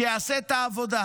שיעשה את העבודה,